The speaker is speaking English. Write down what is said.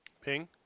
Ping